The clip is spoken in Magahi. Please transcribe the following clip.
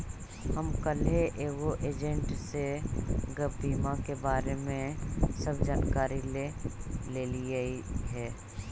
हम कलहे एगो एजेंट से गैप बीमा के बारे में सब जानकारी ले लेलीअई हे